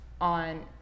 on